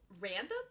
random